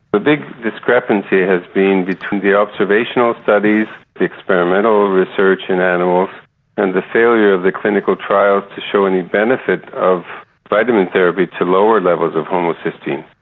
the big discrepancy has been between the observational studies, the experimental research in animals and the failure of the clinical trials to show any benefit of vitamin therapy to lower levels of homocysteine.